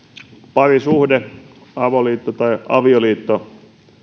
parisuhde avoliitto tai avioliitto